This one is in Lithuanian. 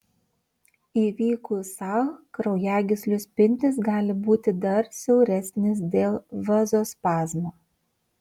įvykus sah kraujagyslių spindis gali būti dar siauresnis dėl vazospazmo